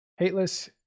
Hateless